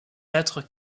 être